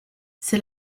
c’est